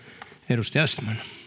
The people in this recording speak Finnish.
edustaja